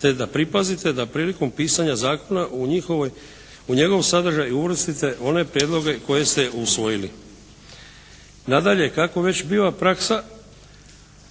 te da pripazite da prilikom pisanja zakona u njihovoj, u njegov sadržaj uvrstite one prijedloge koje ste usvojili. Nadalje, kako već biva praksa